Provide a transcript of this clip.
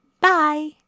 Bye